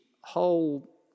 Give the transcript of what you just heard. whole